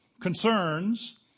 concerns